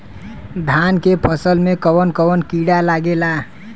धान के फसल मे कवन कवन कीड़ा लागेला?